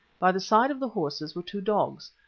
by the side of the horses were two dogs,